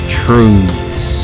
truths